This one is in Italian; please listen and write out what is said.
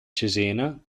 cesena